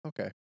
Okay